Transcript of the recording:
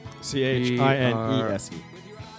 C-H-I-N-E-S-E